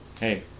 hey